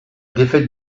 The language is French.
défaite